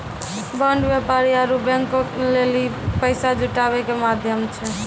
bond व्यापारी आरु बैंको लेली पैसा जुटाबै के माध्यम छै